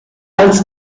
als